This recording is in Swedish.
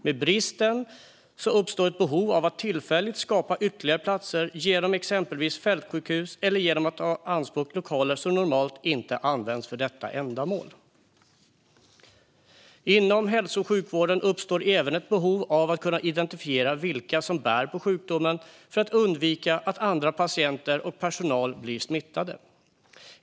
Med bristen uppstår ett behov av att tillfälligt skapa ytterligare platser, exempelvis genom fältsjukhus eller genom att ta lokaler i anspråk som normalt inte används för detta ändamål. Inom hälso och sjukvården uppstår även ett behov av att kunna identifiera vilka som bär på sjukdomen för att undvika att andra patienter och personal blir smittade.